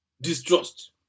distrust